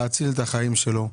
להציל את החיים שלו.